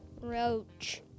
Roach